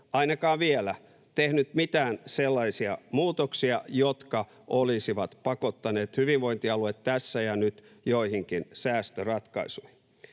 ainakaan vielä, tehnyt mitään sellaisia muutoksia, jotka olisivat pakottaneet hyvinvointialueet tässä ja nyt joihinkin säästöratkaisuihin.